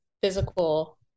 physical